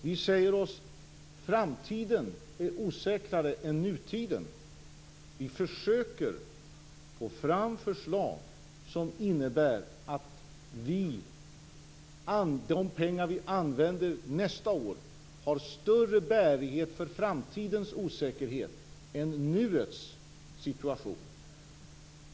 Vi säger oss: Framtiden är osäkrare än nutiden. Vi försöker att få fram förslag som innebär att de pengar vi använder nästa år har större bärighet för framtidens osäkerhet än nuets situation.